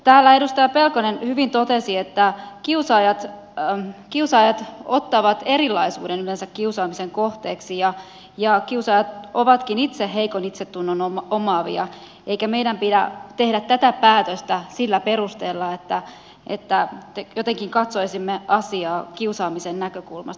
täällä edustaja pelkonen hyvin totesi että kiusaajat ottavat erilaisuuden yleensä kiusaamisen kohteeksi ja kiusaajat ovatkin itse heikon itsetunnon omaavia eikä meidän pidä tehdä tätä päätöstä sillä perusteella että jotenkin katsoisimme asiaa kiusaamisen näkökulmasta